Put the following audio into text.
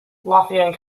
lothian